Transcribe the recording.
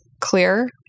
clear